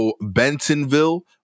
Bentonville